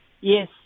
Yes